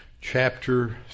chapter